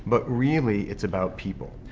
but really it's about people.